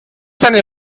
seine